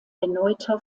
erneuter